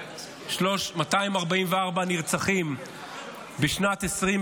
244 נרצחים בשנת 2023,